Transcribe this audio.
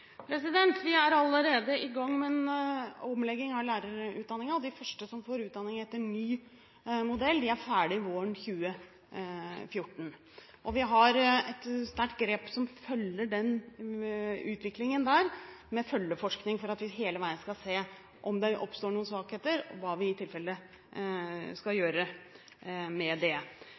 Vi er allerede i gang med omlegging av lærerutdanningen. De første som får utdanning etter ny modell, er ferdig våren 2014. Vi har et sterkt grep som følger den utviklingen med følgeforskning, for at vi hele tiden skal se om det oppstår noen svakheter og for å se hva vi i tilfelle skal gjøre med det.